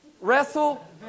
wrestle